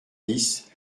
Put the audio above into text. dix